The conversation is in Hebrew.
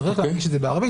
צריך להנגיש את זה בערבית,